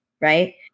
right